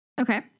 Okay